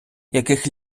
яких